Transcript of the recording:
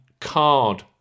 card